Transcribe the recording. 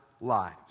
lives